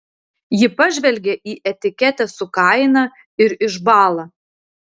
ji pažvelgia į etiketę su kaina ir išbąla